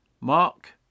Mark